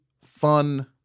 fun